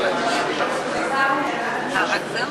אדוני היושב-ראש,